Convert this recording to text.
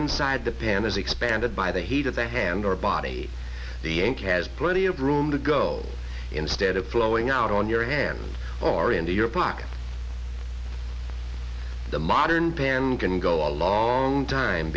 inside the pan is expanded by the heat of the hand or body the ink has plenty of room to go instead of flowing out on your hand or into your pocket the modern pan can go a long time